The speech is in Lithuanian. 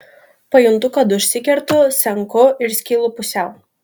pajuntu kad užsikertu senku ir skylu pusiau